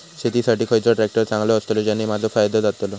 शेती साठी खयचो ट्रॅक्टर चांगलो अस्तलो ज्याने माजो फायदो जातलो?